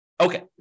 Okay